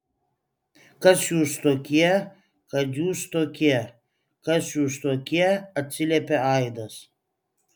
kas jūs tokie kad jūs tokie kas jūs tokie atsiliepė aidas